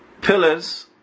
pillars